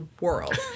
world